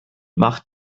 macht